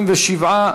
27,